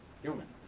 human